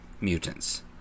Mutants